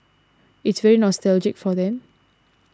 it's very nostalgic for them